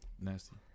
Nasty